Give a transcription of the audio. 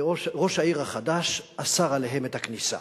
וראש העיר החדש אסר עליהם את הכניסה.